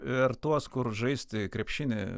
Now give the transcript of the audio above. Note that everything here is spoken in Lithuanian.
ir tuos kur žaisti krepšinį